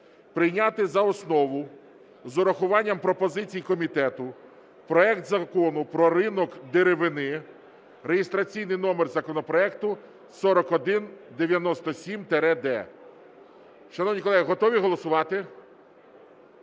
прийняти за основу з урахуванням пропозицій комітету проект Закону про ринок деревини (реєстраційний номер законопроекту 4197-д). Шановні колеги, готові голосувати?